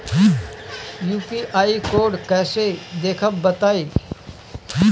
UPI code कैसे देखब बताई?